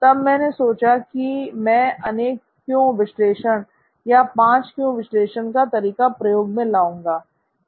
तब मैंने सोचा कि मैं "अनेक क्यों" विश्लेषण या "5 क्यों" विश्लेषण का तरीका प्रयोग में लाऊंगा